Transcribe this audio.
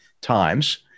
times